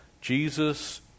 Jesus